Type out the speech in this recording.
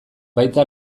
baita